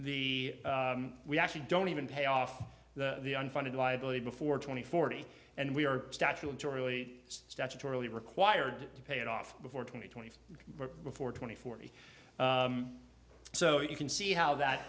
the we actually don't even pay off the unfunded liability before twenty forty and we are statue entirely statutorily required to pay it off before twenty twenty or before twenty forty so you can see how that